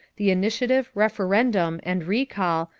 the initiative, referendum, and recall,